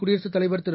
குடியரசுத் தலைவர் திரு